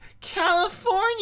California